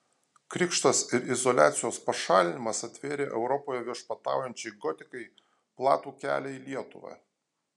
krikštas ir izoliacijos pašalinimas atvėrė europoje viešpataujančiai gotikai platų kelią į lietuvą